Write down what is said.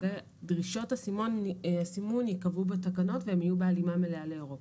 דרישות הסימון ייקבעו בתקנות והן יהיו בהלימה מלאה לאירופה.